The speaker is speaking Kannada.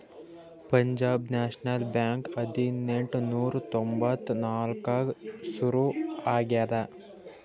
ಪಂಜಾಬ್ ನ್ಯಾಷನಲ್ ಬ್ಯಾಂಕ್ ಹದಿನೆಂಟ್ ನೂರಾ ತೊಂಬತ್ತ್ ನಾಕ್ನಾಗ್ ಸುರು ಆಗ್ಯಾದ